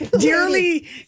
dearly